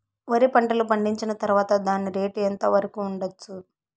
వరి పంటలు పండించిన తర్వాత దాని రేటు ఎంత వరకు ఉండచ్చు